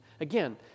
again